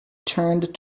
turned